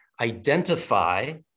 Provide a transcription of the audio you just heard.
identify